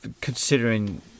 considering